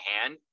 hand